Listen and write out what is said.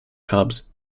hubs